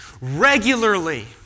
regularly